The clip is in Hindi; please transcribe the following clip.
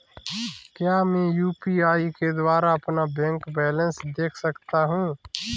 क्या मैं यू.पी.आई के द्वारा अपना बैंक बैलेंस देख सकता हूँ?